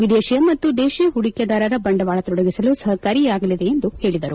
ವಿದೇಶಿಯ ಮತ್ತು ವಿದೇಶಿ ಪೂಡಿಕೆದಾರರು ಬಂಡವಾಳ ತೊಡಗಿಸಲು ಸಹಕಾರಿಯಾಗಲಿದೆ ಎಂದು ಹೇಳಿದರು